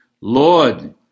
Lord